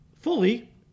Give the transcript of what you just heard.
fully